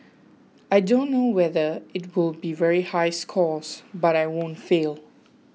I don't know whether it'll be very high scores but I won't fail